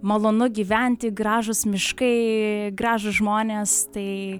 malonu gyventi gražūs miškai gražūs žmonės tai